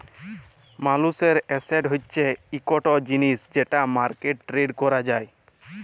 মালুসের এসেট হছে ইকট জিলিস যেট মার্কেটে টেরেড ক্যরা যায়